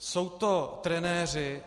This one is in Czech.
Jsou to trenéři.